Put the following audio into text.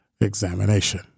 examination